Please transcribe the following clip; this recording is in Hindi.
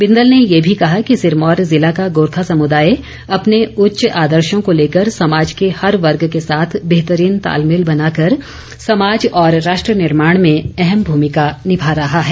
बिंदल ने ये भी कहा कि सिरमौर जिला का गोरखा समुदाय अपने उच्च आदर्शो को लेकर समाज के हर वर्ग के साथ बेहतरीन तालमेल बनाकर समाज और राष्ट्र निर्माण में अहम भूमिका निभा रहा है